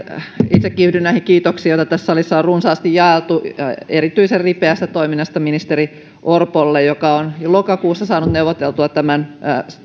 itsekin yhdyn näihin kiitoksiin joita tässä salissa on runsaasti jaeltu erityisen ripeästä toiminnasta ministeri orpolle joka on jo lokakuussa saanut neuvoteltua tämän